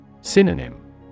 Synonym